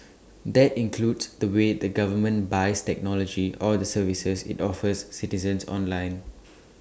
that includes the way the government buys technology or the services IT offers citizens online